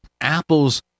Apple's